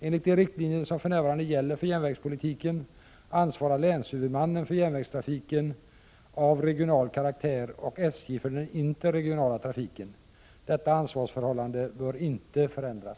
Enligt de riktlinjer som för närvarande gäller för järnvägspolitiken ansvarar länshuvudmannen för järnvägstrafiken av regional karaktär och SJ för den interregionala trafiken. Detta ansvarsförhållande bör inte förändras.